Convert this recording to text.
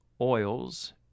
oils